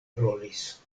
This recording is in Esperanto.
rolis